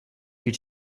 you